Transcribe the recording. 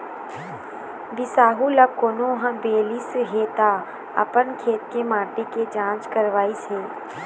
बिसाहू ल कोनो ह बोलिस हे त अपन खेत के माटी के जाँच करवइस हे